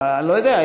אני לא יודע,